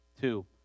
Two